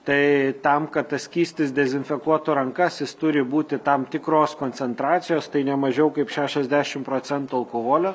tai tam kad tas skystis dezinfekuotų rankas jis turi būti tam tikros koncentracijos tai ne mažiau kaip šešiasdešim procentų alkoholio